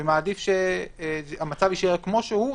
ומעדיף שהמצב יישאר כמו שהוא.